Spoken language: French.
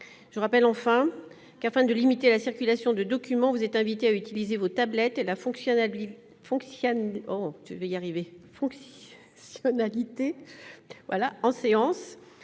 Je rappelle, enfin, que, afin de limiter la circulation de documents, vous êtes invités à utiliser vos tablettes et la fonctionnalité « En séance